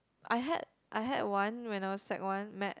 I had I had one when I was sec one mat~